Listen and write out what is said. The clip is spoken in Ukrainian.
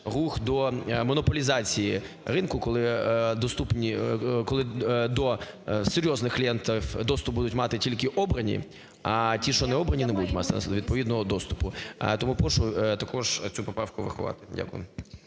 рух до монополізації ринку, коли доступні… коли до серйозних клієнтів доступ будуть мати тільки обрані, а ті, що не обрані, не будуть мати відповідного доступу. Тому прошу також цю поправку врахувати. Дякую.